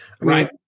Right